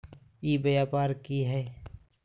ई व्यापार की हाय?